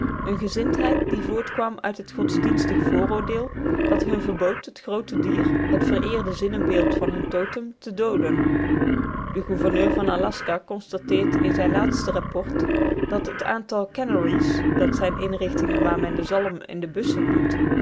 eene gezindheid die voortkwam uit het godsdienstig vooroordeel dat hun verbood het groote dier het vereerde zinnebeeld hunner totem te dooden de gouverneur van aljaska constateert in zijn laatste rapport dat het aantal canneries dat zijn inrichtingen waar men de zalm in de bussen doet